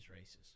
races